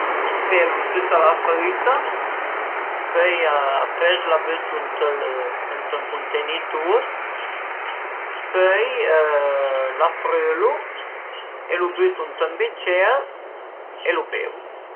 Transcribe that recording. Pelu tüta la früita, pöi apres la bütu ënt ün cuntenitur, pöi la frülu e lu bütu ënt ën bicier e lu bevu